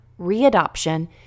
readoption